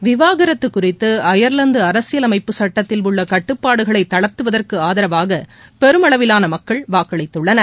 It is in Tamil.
விவாகரத்து குறித்து அபர்லாந்து அரசியல் அமைப்பு சட்டத்தில் உள்ள கட்டுபாடுகளை தளர்த்துவதற்கு ஆதரவாக பெருமளவிலான மக்கள் வாக்களித்துள்ளனர்